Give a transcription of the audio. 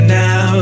now